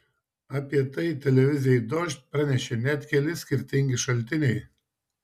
apie tai televizijai dožd pranešė net keli skirtingi šaltiniai